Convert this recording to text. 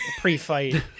pre-fight